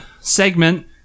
segment